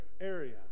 area